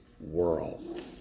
world